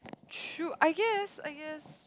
should I guess I guess